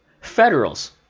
federals